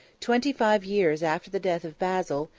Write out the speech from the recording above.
twenty-five years after the death of basil,